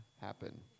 happen